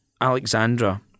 Alexandra